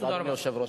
תודה רבה.